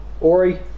Ori